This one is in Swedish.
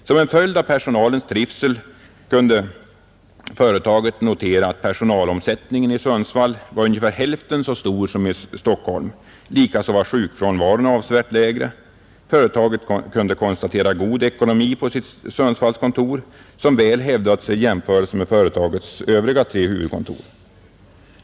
Som en följd av personalens trivsel kunde företaget notera att personalomsättningen var ungefär hälften så stor i Sundsvall som i Stockholm, och likaså var sjukfrånvaron avsevärt lägre. Företaget kunde konstatera god ekonomi på sitt Sundsvallskontor, som hävdade sig väl i jämförelse med företagets tre övriga huvudkontor.